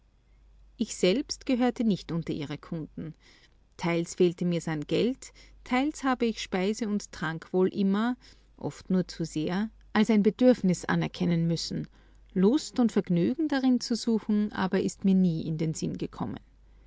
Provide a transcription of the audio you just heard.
ich selbst gehörte nicht unter ihre kunden teils fehlte mir's an geld teils habe ich speise und trank wohl immer oft nur zu sehr als ein bedürfnis anerkennen müssen lust und vergnügen darin zu suchen aber ist mir nie in den sinn gekommen